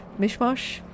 Mishmash